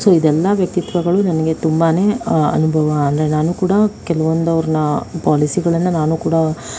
so ಇದೆಲ್ಲ ವ್ಯಕ್ತಿತ್ವಗಳು ನನಗೆ ತುಂಬನೇ ಅನುಭವ ಅಂದರೆ ನಾನು ಕೂಡ ಕೆಲವೊಂದು ಅವರನ್ನು ಪಾಲಿಸಿಗಳನ್ನು ನಾನು ಕೂಡ